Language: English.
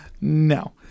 No